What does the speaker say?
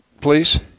please